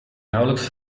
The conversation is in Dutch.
nauwelijks